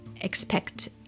expect